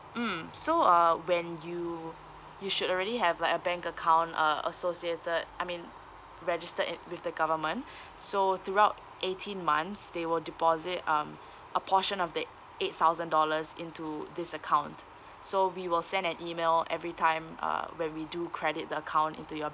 mm so uh when you you should already have like a bank account uh associated I mean registered in with the government so throughout eighteen months they will deposit um a portion of it eight thousand dollars into this account so we will send an email every time uh where we do credit the account into your